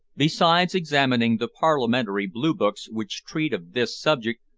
besides examining the parliamentary blue-books which treat of this subject,